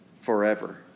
forever